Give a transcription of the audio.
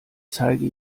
zeige